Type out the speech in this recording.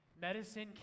medicine